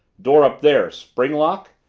door up there spring lock,